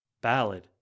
Ballad